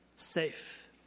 safe